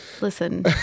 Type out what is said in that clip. Listen